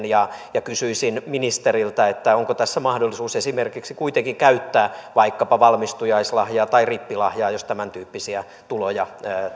ja ja kysyisin ministeriltä onko tässä mahdollisuus kuitenkin esimerkiksi käyttää vaikkapa valmistujaislahjaa tai rippilahjaa jos tämäntyyppisiä tuloja